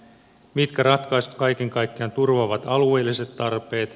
mitkä ratkaisut kaiken kaikkiaan turvaavat alueelliset tarpeet